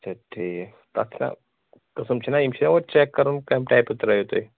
اچھا ٹھیٖک تَتھ چھا قٔسٕم چھِنہ گۄڈٕ چیٚک کَرُن کمہِ ٹایپہٕ ترٲیِو تُہۍ